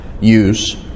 use